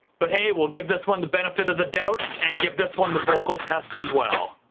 but hey we'll give this one the benefit of the doubt and give this one the vocal test as well.